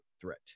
threat